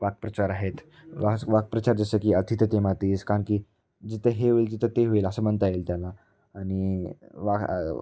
वाक्प्रचार आहेत वाह वाक्प्रचार जसं की अति तेथे माती याचं कारण की जिथं हे होईल जिथं ते होईल असं म्हणता येईल त्याला आणि वा